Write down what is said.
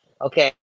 Okay